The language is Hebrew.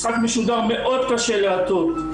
משחק משודר מאוד קשה להטות.